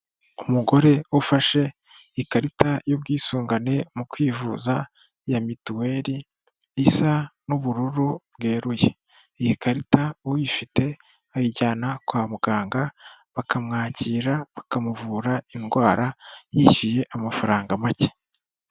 Umugore ufashe ikarita y'ubwisungane mu kwivuza ya mituweri isa n'ubururu bweruye. Iyi karita uyifite ayijyana kwa muganga bakamwakira bakamuvura indwara yishyuye amafaranga make.